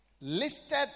listed